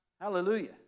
Hallelujah